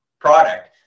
product